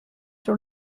sur